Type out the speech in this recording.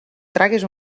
tragues